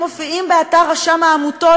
הם מופיעים באתר רשם העמותות,